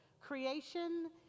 creation